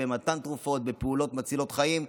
במתן תרופות ובפעולות מצילות חיים.